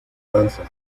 danza